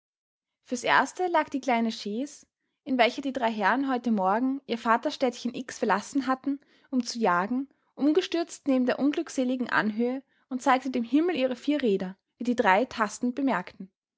fürs erste lag die kleine chaise in welcher die drei herren heute morgen ihr vaterstädtchen x verlassen hatten um zu jagen umgestürzt neben der unglückseligen anhöhe und zeigte dem himmel ihre vier räder wie die drei tastend bemerkten